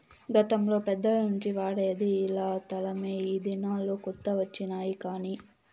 గతంలో పెద్దల నుంచి వాడేది ఇలా తలమే ఈ దినాల్లో కొత్త వచ్చినాయి కానీ